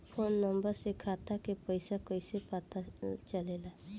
Phone number से खाता के पइसा कईसे पता चलेला?